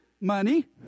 money